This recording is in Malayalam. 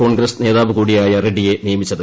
കോൺഗ്രസ് നേതാവ് കൂടിയായ റെഡ്സിയെ നിയമിച്ചത്